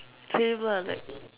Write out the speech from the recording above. same lah like